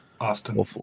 Austin